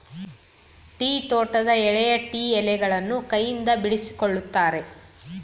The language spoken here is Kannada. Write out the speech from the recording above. ಟೀ ತೋಟದ ಎಳೆಯ ಟೀ ಎಲೆಗಳನ್ನು ಕೈಯಿಂದ ಬಿಡಿಸಿಕೊಳ್ಳುತ್ತಾರೆ